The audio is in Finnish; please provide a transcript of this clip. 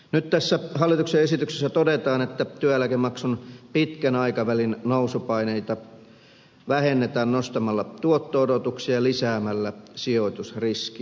nyt tässä hallituksen esityksessä todetaan että työeläkemaksun pitkän aikavälin nousupaineita vähennetään nostamalla tuotto odotuksia ja lisäämällä sijoitusriskiä